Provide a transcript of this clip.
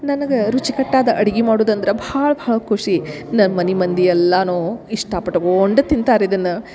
ನನ್ಗ ರುಚಿಕಟ್ಟಾದ ಅಡಿಗಿ ಮಾಡುದಂದ್ರ ಭಾಳ ಭಾಳ ಖುಷಿ ನಮ್ಮ ಮನೆ ಮಂದಿ ಎಲ್ಲಾನು ಇಷ್ಟಪಟ್ಕೊಂಡು ತಿಂತಾರೆ ಇದನ್ನ